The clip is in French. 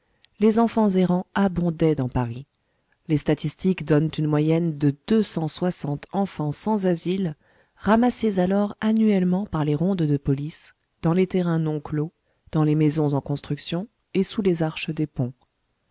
les enfants errants abondaient dans paris les statistiques donnent une moyenne de deux cent soixante enfants sans asile ramassés alors annuellement par les rondes de police dans les terrains non clos dans les maisons en construction et sous les arches des ponts